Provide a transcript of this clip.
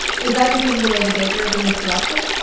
is that because of the way the data are being collected?